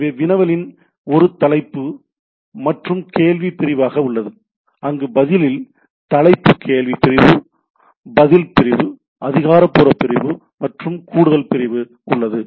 எனவே வினவலில் ஒரு தலைப்பு மற்றும் கேள்வி பிரிவாக உள்ளது அங்கு பதிலில் தலைப்பு கேள்வி பிரிவு பதில் பிரிவு அதிகாரப்பூர்வ பிரிவு மற்றும் கூடுதல் பிரிவு உள்ளது